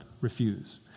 refuse